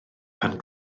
pan